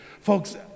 Folks